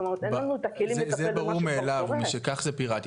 אין לנו את הכלים לטפל במה שכבר קורה.